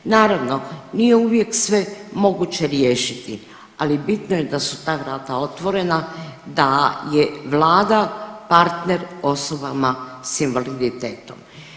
Naravno, nije uvijek sve moguće riješiti, ali bitno je da su ta vrata otvorena, da je vlada partner osobama s invaliditetom.